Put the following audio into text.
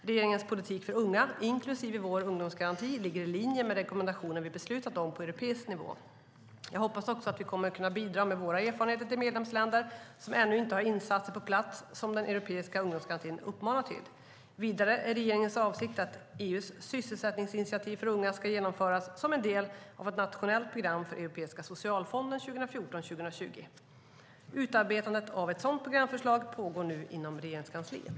Regeringens politik för unga, inklusive vår ungdomsgaranti, ligger i linje med rekommendationen vi beslutat om på europeisk nivå. Jag hoppas att vi kommer att kunna bidra med våra erfarenheter till de medlemsländer som ännu inte har sådana insatser på plats som de i den europeiska ungdomsgarantin uppmanas till. Vidare är regeringens avsikt att EU:s sysselsättningsinitiativ för unga ska genomföras som en del av ett nationellt program för Europeiska socialfonden 2014-2020. Utarbetandet av ett sådant programförslag pågår nu inom Regeringskansliet.